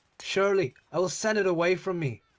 surely i will send it away from me,